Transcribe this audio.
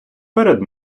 перед